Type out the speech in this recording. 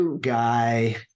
guy